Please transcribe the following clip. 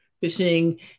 Fishing